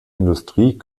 industrie